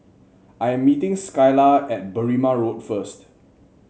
I'm meeting Skylar at Berrima Road first